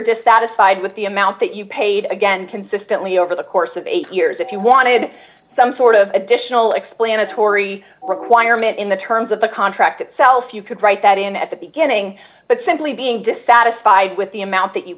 dissatisfied with the amount that you paid again consistently over the course of eight years if you wanted some sort of additional explanatory requirement in the terms of the contract itself you could write that in at the beginning but simply being dissatisfied with the amount that you